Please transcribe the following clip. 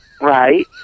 right